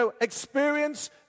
experience